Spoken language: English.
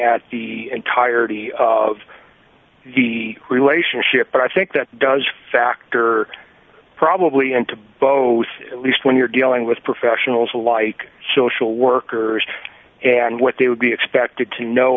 at the entirety of the relationship but i think that does factor probably into both at least when you're dealing with professionals like social workers and what they would be expected to know